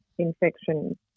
infection